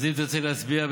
אז אם תרצה להצביע,